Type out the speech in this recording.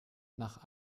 nach